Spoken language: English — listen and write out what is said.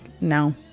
no